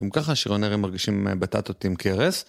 גם ככה השיריונרים מרגישים בטטות עם כרס.